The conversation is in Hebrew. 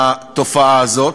התופעה הזאת.